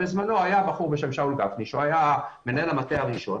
בזמנו היה בחור בשם שאול גפני שהיה מנהל המטה הראשון,